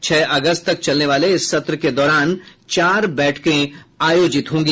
छह अगस्त तक चलने वाले इस सत्र के दौरान चार बैठकें आयोजित होंगी